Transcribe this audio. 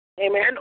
Amen